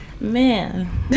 Man